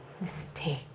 Mistake